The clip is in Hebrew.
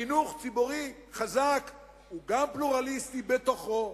חינוך ציבורי חזק הוא גם פלורליסטי בתוכו,